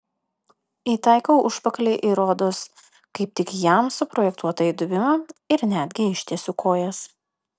įtaikau užpakalį į rodos kaip tik jam suprojektuotą įdubimą ir netgi ištiesiu kojas